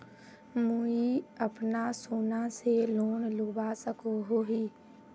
मुई अपना सोना से लोन लुबा सकोहो ही?